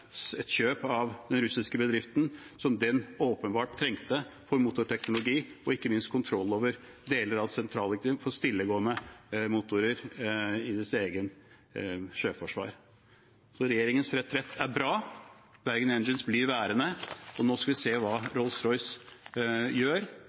et kjøp av den russiske bedriften som den åpenbart trengte for motorteknologi og ikke minst kontroll over deler av sentral teknologi for stillegående motorer i deres eget sjøforsvar. Regjeringens retrett er bra. Bergen Engines blir værende, og nå skal vi se hva